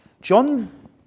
John